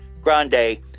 Grande